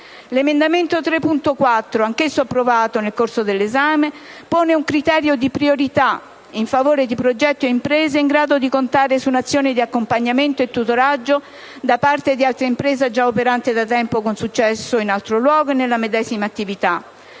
L'emendamento 3.4 (testo 2), anch'esso approvato nel corso dell'esame, pone un criterio di priorità - in favore di progetti o imprese in grado di contare su un'azione di accompagnamento e tutoraggio da parte di altra impresa già operante da tempo, con successo, in altro luogo e nella medesima attività